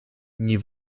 nie